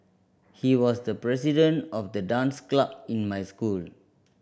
he was the president of the dance club in my school